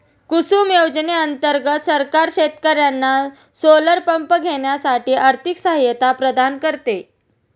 कुसुम योजने अंतर्गत सरकार शेतकर्यांना सोलर पंप घेण्यासाठी आर्थिक सहायता प्रदान करते